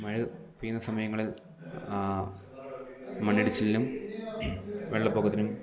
മഴ പെയ്യുന്ന സമയങ്ങളിൽ മണ്ണിടിച്ചിലിനും വെള്ളപ്പൊക്കത്തിനും